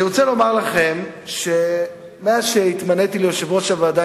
אני רוצה לומר לכם שמאז שהתמניתי ליושב-ראש הוועדה